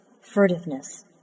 Furtiveness